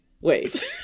wait